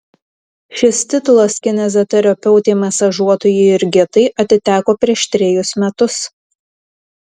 šis titulas kineziterapeutei masažuotojai jurgitai atiteko prieš trejus metus